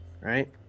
right